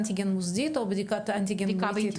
בדיקת אנטיגן מוסדית או בדיקת אנטיגן ביתית?